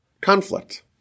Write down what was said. conflict